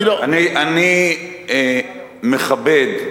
אני מכבד,